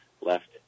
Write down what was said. left